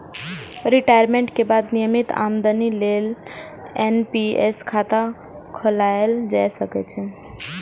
retirement के बाद नियमित आमदनी लेल एन.पी.एस खाता खोलाएल जा सकै छै